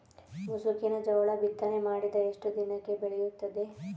ಮುಸುಕಿನ ಜೋಳ ಬಿತ್ತನೆ ಮಾಡಿದ ಎಷ್ಟು ದಿನಕ್ಕೆ ಬೆಳೆಯುತ್ತದೆ?